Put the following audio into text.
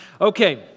Okay